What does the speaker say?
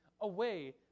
away